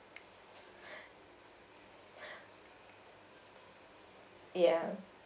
ya